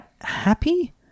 happy